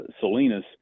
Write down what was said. Salinas